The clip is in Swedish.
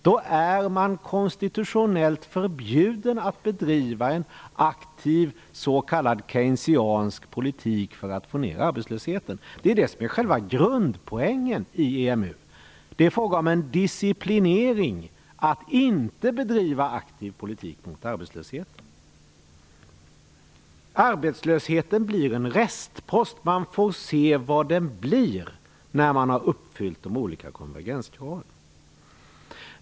Då är man konstitutionellt förbjuden att bedriva en aktiv s.k. keynesiansk politik för att få ned arbetslösheten. Det är själva grundpoängen i EMU. Det är fråga om en disciplinering att inte bedriva aktiv politik mot arbetslösheten. Arbetslösheten blir en restpost. Man får se vad den blir när man har uppfyllt de olika konvergenskraven.